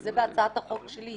וזה בהצעת החוק שלי,